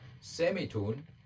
semitone